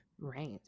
Right